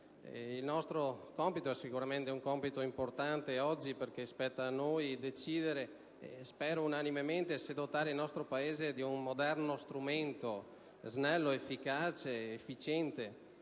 Il nostro compito è sicuramente importante, perché spetta a noi decidere, spero unanimemente, se dotare il nostro Paese di un moderno strumento, snello, efficace, efficiente